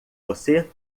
você